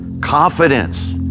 Confidence